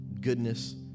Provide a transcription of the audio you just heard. goodness